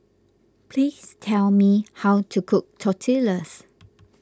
please tell me how to cook Tortillas